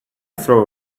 throw